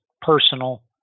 personal